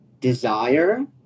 desire